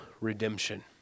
redemption